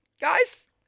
guys